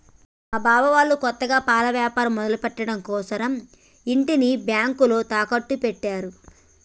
మా బావ వాళ్ళు కొత్తగా పాల యాపారం మొదలుపెట్టడం కోసరం ఇంటిని బ్యేంకులో తాకట్టు పెట్టారు